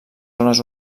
zones